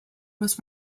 was